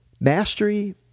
Mastery